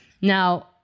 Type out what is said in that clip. Now